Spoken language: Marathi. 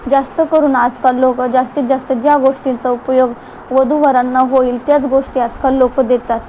जास्त करून आजकाल लोकं जास्तीत जास्त ज्या गोष्टींचा उपयोग वधू वरांना होईल त्याच गोष्टी आजकाल लोकं देतात